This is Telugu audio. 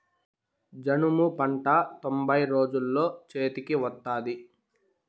జనుము పంట తొంభై రోజుల్లో చేతికి వత్తాది